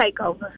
takeover